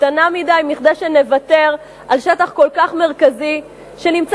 קטנה מכדי שנוותר על שטח כל כך מרכזי שנמצא